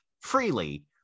freely